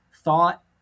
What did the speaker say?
thought